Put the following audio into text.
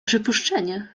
przypuszczenie